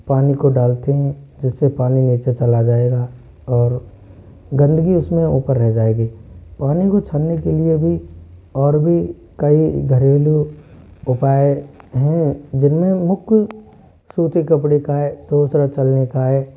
पानी को डालते है जिससे पानी नीचे चला जाएगा और गंदगी उसमें ऊपर रह जाएगी पानी को छनने के लिए भी और भी कई घरेलू उपाय हैं जिनमें मुख्य सूती कपड़े का है दूसरा चलने का है